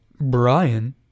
Brian